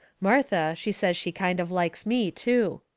martha, she says she kind of likes me, too.